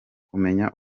kumenya